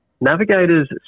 Navigators